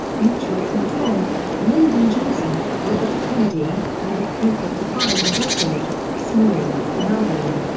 mutual contempt lyndon johnson, robert kennedy, and the feud that defined a decade small, melvin.